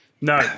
No